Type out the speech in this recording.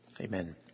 amen